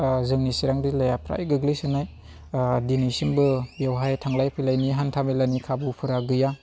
जोंनि चिरां जिल्लाया प्राय गोग्लैसोनाय दिनैसिमबो बेवहाय थांलाय फैलायनि हान्थामेलानि खाबुफोरा गैया